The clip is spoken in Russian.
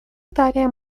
италии